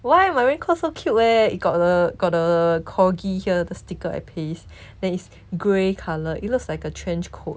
why my raincoat so cute leh it got the got the corgi here the sticker I placed then is grey colour it looks like a trench coat